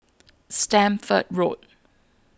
Stamford Road